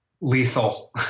lethal